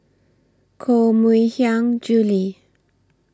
Koh Mui Hiang Julie